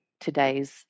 today's